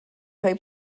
rhoi